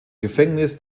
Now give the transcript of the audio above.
gefängnis